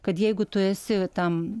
kad jeigu tu esi tam